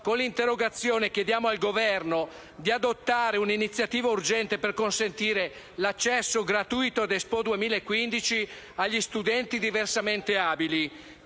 Con tale interrogazione chiediamo al Governo di adottare un'iniziativa urgente per consentire l'accesso gratuito ad Expo 2015 agli studenti diversamente abili,